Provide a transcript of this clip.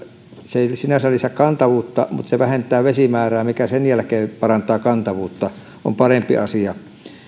se ei sinänsä lisää kantavuutta se vähentää vesimäärää mikä sen jälkeen parantaa kantavuutta se on parempi asia